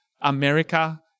America